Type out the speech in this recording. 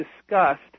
discussed